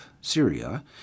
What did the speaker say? Syria